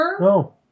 No